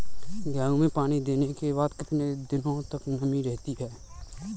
गेहूँ में पानी देने के बाद कितने दिनो तक नमी रहती है?